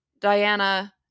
Diana